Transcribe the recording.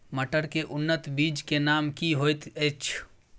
मटर के उन्नत बीज के नाम की होयत ऐछ?